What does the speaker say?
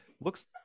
looks